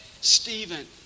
Stephen